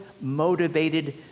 motivated